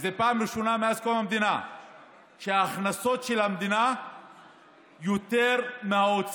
זאת פעם ראשונה מאז קום המדינה שההכנסות של המדינה הן יותר מההוצאות.